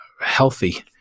healthy